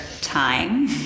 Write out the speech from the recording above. time